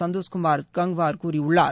சந்தோஷ் குமார் கங்க்வார் கூறியுள்ளார்